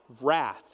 wrath